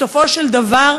בסופו של דבר,